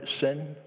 sin